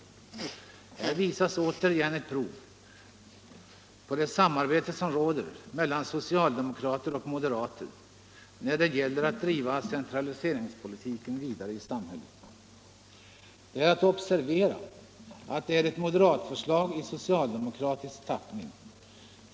Här visas återigen ett prov på det samarbete som råder mellan socialdemokrater och moderater när det gäller att driva centraliseringspolitiken vidare i samhället. Det är att observera att det är ett moderatförslag i socialdemokratisk tappning.